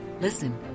listen